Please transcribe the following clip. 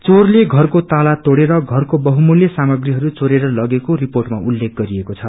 चोरले षरको ताला तोडेर घरको बहुमूल्य सामग्रीहरू चोरेर लगेको रिपोटमा उल्लेख गरिएको छ